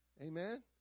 Amen